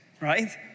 Right